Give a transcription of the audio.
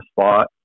spot